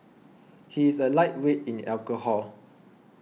he is a lightweight in alcohol